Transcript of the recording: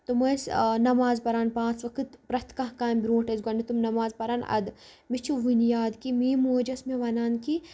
تِم ٲسۍ نٮ۪ماز پَران پانٛژھ وقت پرٛٮ۪تھ کانٛہہ کامہِ برٛونٛٹھ ٲسۍ گۄڈٕنٮ۪تھ تِم نٮ۪ماز پران اَدٕ مےٚ چھُ وٕنہِ یاد کہِ میٛٲنۍ موج ٲس مےٚ وَنان کہِ